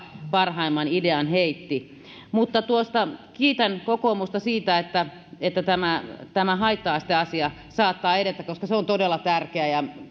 parhaimman idean heitti mutta kiitän kokoomusta siitä että että tämä tämä haitta aste asia saattaa edetä koska se on todella tärkeä